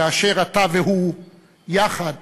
כאשר אתה והוא יחד